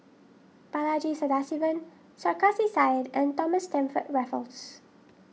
Balaji Sadasivan Sarkasi Said and Thomas Stamford Raffles